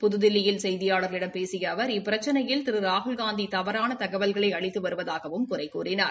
புதுதில்லியில் செய்தியாள்களிடம் பேசிய அவர் இப்பிரச்சினையில் திரு ராகுல்காந்தி தவறான தகவல்களை அளித்து வருவதாகவும் குறை கூறினார்